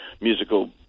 musical